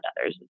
others